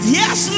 yes